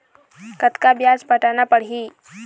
कतका ब्याज पटाना पड़ही?